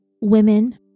women